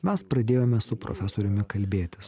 mes pradėjome su profesoriumi kalbėtis